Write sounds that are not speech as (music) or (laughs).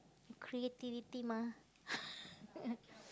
creativity mah (laughs)